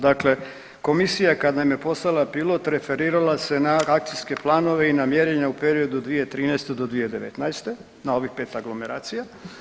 Dakle, komisija kad nam je poslala pilot referirala se na akcijske planove i na mjerenja u periodu od 2013. do 2019., na ovih 5 aglomeracija.